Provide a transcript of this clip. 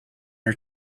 her